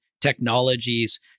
technologies